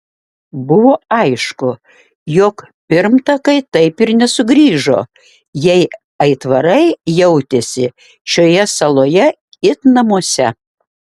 buvo aišku jog pirmtakai taip ir nesugrįžo jei aitvarai jautėsi šioje saloje it namuose